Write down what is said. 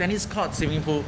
tennis court swimming pool